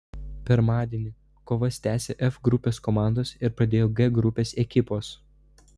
pirmadienį kovas tęsė f grupės komandos ir pradėjo g grupės ekipos